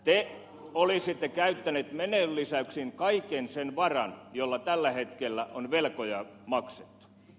te olisitte käyttäneet menolisäyksiin kaiken sen varan jolla tällä hetkellä on velkoja maksettu